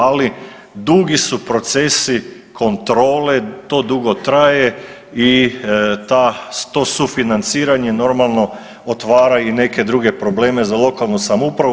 Ali dugi su procesi kontrole, to dugo traje i to sufinanciranje normalno otvara i neke druge probleme za lokalnu samoupravu.